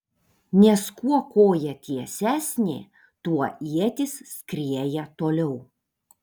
nes kuo koja tiesesnė tuo ietis skrieja toliau